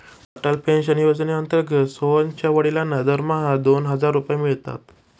Atal pension योजनेअंतर्गत सोहनच्या वडिलांना दरमहा दोन हजार रुपये मिळतात